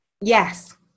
Yes